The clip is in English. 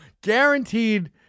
Guaranteed